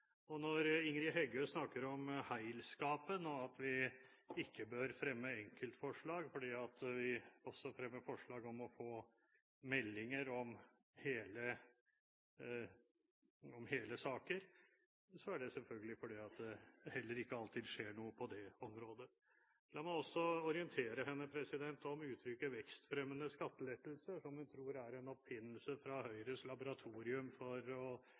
bedriftene. Når Ingrid Heggø snakker om «heilskapen» og at vi ikke bør fremme enkeltforslag, fordi vi også fremmer forslag om å få meldinger om hele saker, er det selvfølgelig fordi det heller ikke alltid skjer noe på det området. La meg også orientere henne om uttrykket «vekstfremmende skattelettelser», som hun tror er en oppfinnelse fra Høyres laboratorium for å